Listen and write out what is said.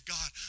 God